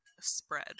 spread